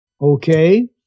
Okay